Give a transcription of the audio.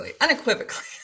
Unequivocally